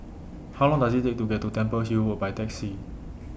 How Long Does IT Take to get to Temple Hill Road By Taxi